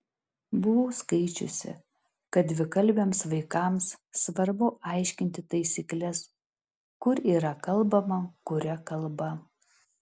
buvau skaičiusi kad dvikalbiams vaikams svarbu aiškinti taisykles kur yra kalbama kuria kalba